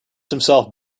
himself